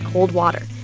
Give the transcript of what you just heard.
cold water.